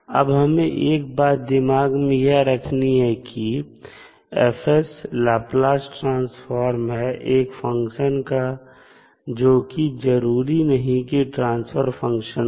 अब हमें एक बात दिमाग में यह रखनी है कि F लाप्लास ट्रांसफॉर्म है एक फंक्शन का जो की जरूरी नहीं है की ट्रांसफर फंक्शन हो